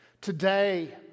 Today